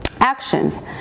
actions